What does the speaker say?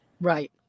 Right